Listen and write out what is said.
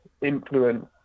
influence